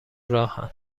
راهن